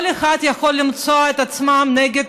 כל אחד יכול למצוא את עצמו נגד,